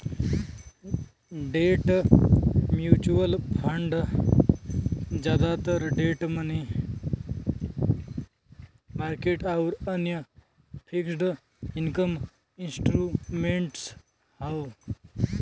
debt mutual fund जादातर debt money market आउर अन्य फिक्स्ड इनकम इंस्ट्रूमेंट्स हौ